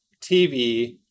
TV